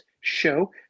show